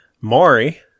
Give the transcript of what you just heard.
Maury